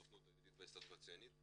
הסוכנות היהודית וההסתדרות הציונית,